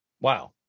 Wow